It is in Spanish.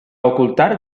ocultar